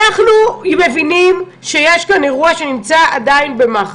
אנחנו מבינים שיש כאן אירוע שנמצא עדיין במח"ש.